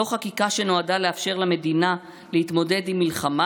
לא חקיקה שנועדה לאפשר למדינה להתמודד עם מלחמה,